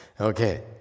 Okay